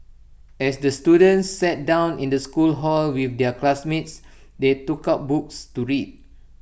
as the students sat down in the school hall with their classmates they took out books to read